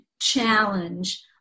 challenge